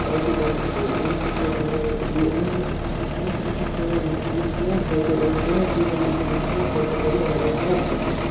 باقٕے باقٕے چیٖز امی سۭتۍ چھِ أسۍ واریاہ واریاہ امۍ ہیٚوت امۍ چھُ ہیٚوتمُت سون یہِ یُس سون کَلچَر اوس یِمو چیٖزو سۭتۍ ہیٚوتُن سون کَلچَر واریاہ واریاہ پَتھ گَژھُن